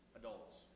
Adults